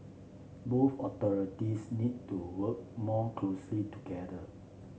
both authorities need to work more closely together